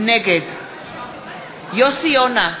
נגד יוסי יונה,